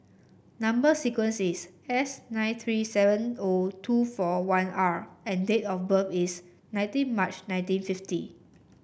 number sequence is S nine three seven O two four one R and date of birth is nineteen March nineteen fifty